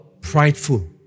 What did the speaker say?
prideful